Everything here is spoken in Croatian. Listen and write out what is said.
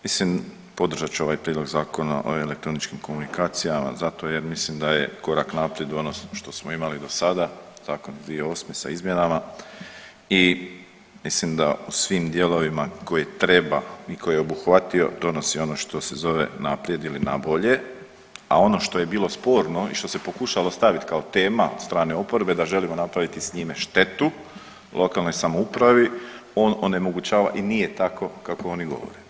Mislim, podržat ću ovaj Prijedlog Zakona o elektroničkim komunikacijama zato jer mislim da je korak naprijed u odnosu na što smo imali do sada, zakon iz 2008. sa izmjenama i mislim da u svim dijelovima koje treba i koje obuhvatio, donosi ono što se zove naprijed ili nabolje, a ono što je bilo sporno i što se pokušalo staviti kao tema od strane oporbe da želimo napraviti s njime štetu lokalnoj samoupravi, on onemogućava i nije tako kako oni govore.